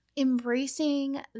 Embracing